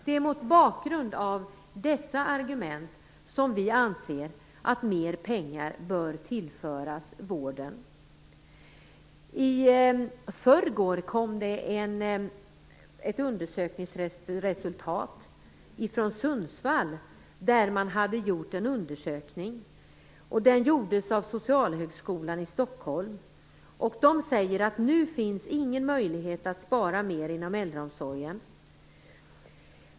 Det är mot bakgrund av dessa argument som vi anser att mer pengar bör tillföras vården. I förrgår kom ett undersökningsresultat från Sundsvall. Där hade Socialhögskolan i Stockholm gjort en undersökning. Man säger att det nu inte finns någon möjlighet att spara mer inom äldreomsorgen.